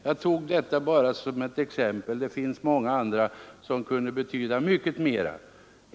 Jag tog detta bara som ett exempel; det finns många andra fall där momssänkningen kan betyda mycket mera.